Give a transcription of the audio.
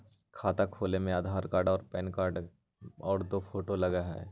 खाता खोले में आधार कार्ड और पेन कार्ड और दो फोटो लगहई?